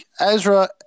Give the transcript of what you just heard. Ezra